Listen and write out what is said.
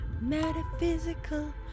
metaphysical